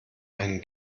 einen